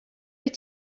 wyt